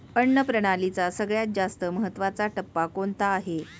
अन्न प्रणालीचा सगळ्यात जास्त महत्वाचा टप्पा कोणता आहे?